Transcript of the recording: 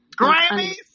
Grammys